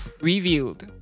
revealed